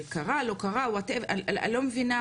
שקרה לא, what ever, לא מבינה.